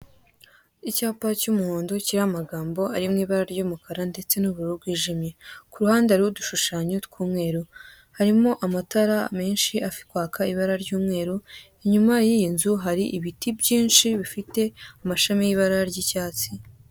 Icyapa cy'umuhondo kiriho amagambo ari mu ibara ry'umukara ndetse n'ubururu bwijimye, kuruhande hariho udushushanyo tw'umweru, harimo amatara menshi ari kwaka ibara ry'umweru, inyuma y'iyi nzu hari ibiti byinshi bifite amashami y'ibara ry'icyatsi.